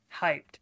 hyped